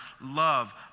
love